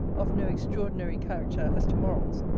of no extraordinary character as to morals,